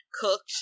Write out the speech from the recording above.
cooked